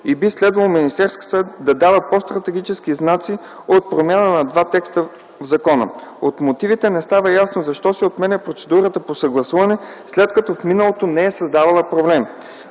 и би следвало Министерският съвет да дава по-стратегически знаци от промяна на два текста в закона. От мотивите не става ясно защо се отменя процедурата по съгласуване, след като в миналото не е създавала проблеми.